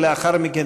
ולאחר מכן,